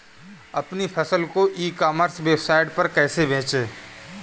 अपनी फसल को ई कॉमर्स वेबसाइट पर कैसे बेचें?